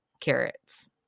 carrots